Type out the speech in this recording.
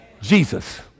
Jesus